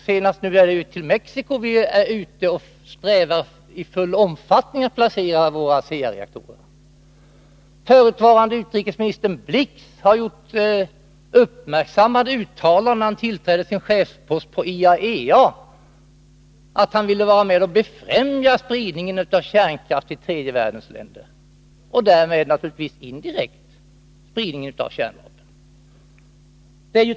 Nu senast är det i Mexico vi strävar efter att i full omfattning placera ASEA-reaktorer. Förutvarande utrikesministern Blix gjorde uppmärksammade uttalanden, när han tillträdde sin chefspost på IAEA om att han ville vara med och befrämja spridningen av kärnkraft till tredje världens länder och därmed naturligtvis indirekt spridningen av kärnvapen.